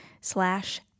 slash